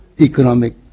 economic